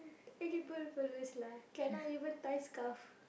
terrible fellows lah cannot even tie scarf